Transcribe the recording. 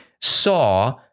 saw